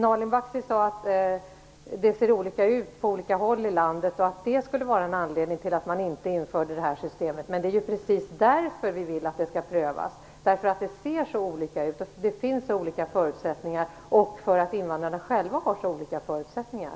Nalin Baksi sade att det ser olika ut på olika håll i landet och att det skulle vara en anledning till att inte införa det här systemet. Men det är ju precis därför vi vill att det skall prövas: därför att det ser så olika ut, därför att det finns så olika förutsättningar och därför att invandrarna själva har så olika förutsättningar.